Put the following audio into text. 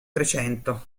trecento